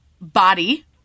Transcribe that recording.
body